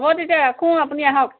মই তেতিয়া ৰাখোঁ আপুনি আহক